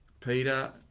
Peter